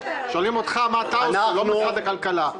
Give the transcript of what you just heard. שואלים אותך מה אתה עושה, לא משרד הכלכלה.